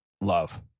love